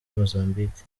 mozambique